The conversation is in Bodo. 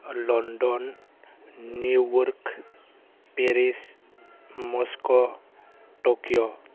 London New York Paris Moscow Tokyo